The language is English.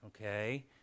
okay